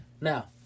Now